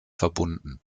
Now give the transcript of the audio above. verbunden